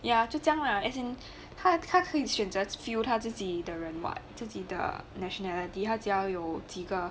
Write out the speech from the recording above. ya 就样 lah as in 他他可以选择 filled 他自己的人 what 自己的 nationality 他只要有几个